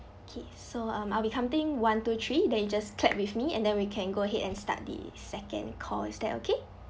okay so um I'll be counting one two three then you just clapped with me and then we can go ahead and start the second call is that okay